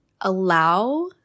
allow